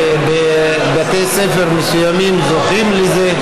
ובבתי ספר מסוימים זוכים לזה.